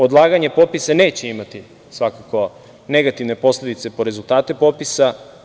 Odlaganje popisa neće imati svakako negativne posledice po rezultate popisa.